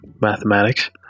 mathematics